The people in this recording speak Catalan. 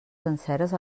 senceres